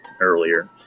earlier